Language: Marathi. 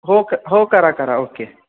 हो क हो करा करा ओके